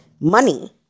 money